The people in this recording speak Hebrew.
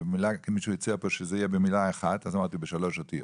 מישהו הציע פה שזה יהיה במילה אחת אז אמרתי בשלוש אותיות